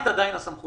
השרה